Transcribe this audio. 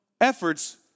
efforts